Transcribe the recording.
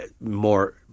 More